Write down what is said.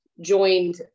joined